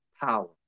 power